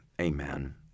Amen